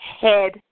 head